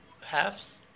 halves